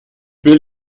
will